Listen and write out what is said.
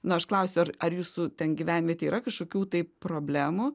nu aš klausiau ar ar jūsų ten gyvenvietėj yra kažkokių tai problemų